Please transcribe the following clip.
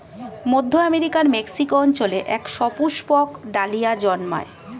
মধ্য আমেরিকার মেক্সিকো অঞ্চলে এক সুপুষ্পক ডালিয়া জন্মায়